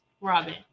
Robin